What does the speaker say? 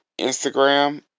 Instagram